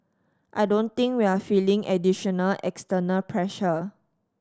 I don't think we're feeling additional external pressure